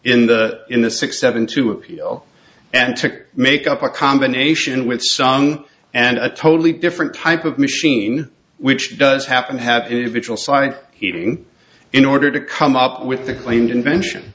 in the in the six seven to appeal and to make up a combination with song and a totally different type of machine which does happen to have a visual sight hearing in order to come up with the claimed invention